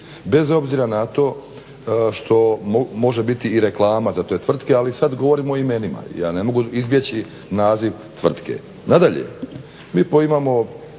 bez obzira na to što može biti i reklama za te tvrtke, ali sad govorimo o imenima i ja ne mogu izbjeći naziv tvrtke. Nadalje, mi imamo